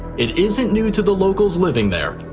it isn't new to the locals living there.